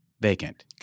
vacant